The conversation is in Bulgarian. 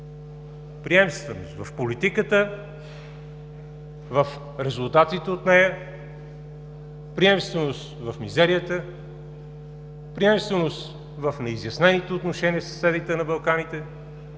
Приемственост в политиката, в резултатите от нея, приемственост в мизерията, приемственост в неизяснените отношения със съседите на Балканите,